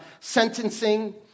sentencing